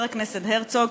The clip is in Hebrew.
חבר הכנסת הרצוג,